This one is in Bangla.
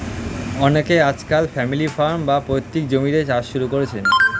অনেকে আজকাল ফ্যামিলি ফার্ম, বা পৈতৃক জমিতে চাষ শুরু করেছেন